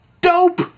Dope